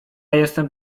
jestem